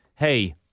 hey